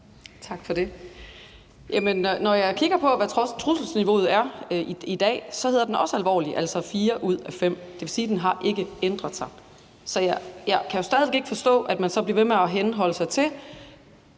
Tak for det. Når jeg kigger på, hvad trusselsniveauet er i dag, hedder det også alvorlig, altså fire ud af fem. Det vil sige, at det ikke har ændret sig. Så jeg kan jo stadig væk ikke forstå, at man så bliver ved med at henholde sig til,